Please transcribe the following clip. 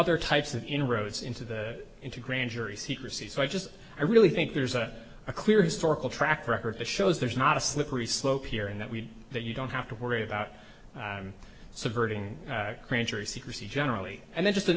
other types of inroads into the into grand jury secrecy so i just i really think there's a clear historical track record that shows there's not a slippery slope here and that we that you don't have to worry about subverting grand jury secrecy generally and then just